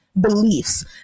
beliefs